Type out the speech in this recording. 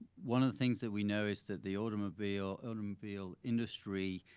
one of the things that we know is that the automobile automobile industry,